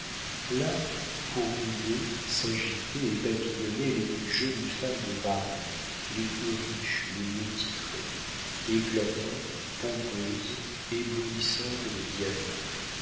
là fourmillaient s'agitaient et papillonnaient les plus jolies femmes de paris les plus riches les mieux titrées éclatantes pompeuses éblouissantes de diamants